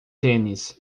tênis